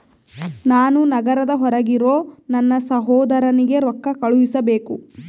ನಾನು ನಗರದ ಹೊರಗಿರೋ ನನ್ನ ಸಹೋದರನಿಗೆ ರೊಕ್ಕ ಕಳುಹಿಸಬೇಕು